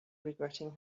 regretting